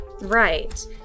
Right